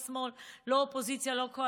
של ימין, לא שמאל, לא אופוזיציה, לא קואליציה.